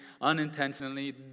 unintentionally